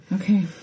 okay